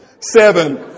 Seven